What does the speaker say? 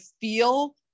feel